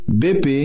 bp